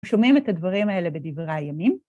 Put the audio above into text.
‫שומעים את הדברים האלה בדברי הימים.